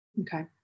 Okay